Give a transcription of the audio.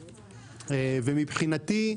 מבחינתי,